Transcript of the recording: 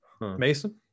Mason